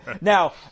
now